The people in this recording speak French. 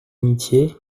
amitié